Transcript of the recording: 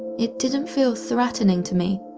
it didn't feel threatening to me,